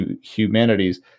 humanities